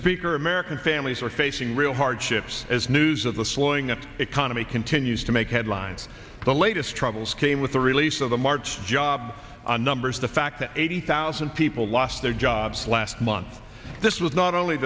speaker american families are facing real hardships as news of the slowing economy continues to make headlines the latest troubles came with the release of the march jobs numbers the fact that eighty thousand people lost their jobs last month this was not only